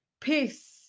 peace